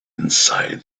inside